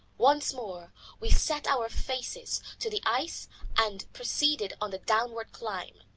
once more we set our faces to the ice and proceeded on the downward climb.